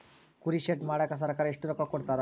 ಕುರಿ ಶೆಡ್ ಮಾಡಕ ಸರ್ಕಾರ ಎಷ್ಟು ರೊಕ್ಕ ಕೊಡ್ತಾರ?